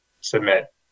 submit